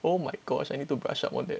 oh my gosh I need to brush up a bit